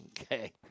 Okay